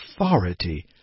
authority